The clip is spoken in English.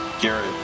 Garrett